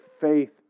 faith